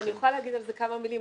אני אוכל לומר על זה כמה מילים.